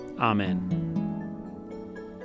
Amen